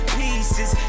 pieces